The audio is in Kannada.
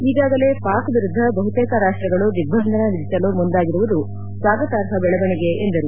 ಈಗಾಗಲೇ ಪಾಕ್ ವಿರುದ್ದ ಬಹುತೇಕ ರಾಷ್ಟಗಳು ದಿಗ್ಬಂದನ ವಿಧಿಸಲು ಮುಂದಾಗಿರುವುದು ಸ್ವಾಗತಾರ್ಹ ಬೆಳವಣಿಗೆ ಎಂದರು